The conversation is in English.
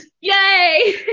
yay